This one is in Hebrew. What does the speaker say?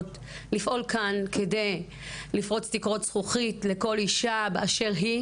אחרות לפעול כאן כדי לפרוץ תקרות זכוכית לכל אישה באשר היא.